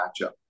matchup